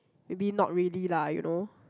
maybe not really lah you know